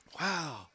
Wow